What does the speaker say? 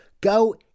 go